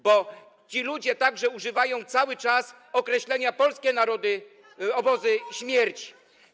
Bo ci ludzie także używają cały czas określenia: polskie obozy śmierci.